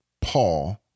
Paul